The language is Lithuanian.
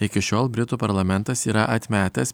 iki šiol britų parlamentas yra atmetęs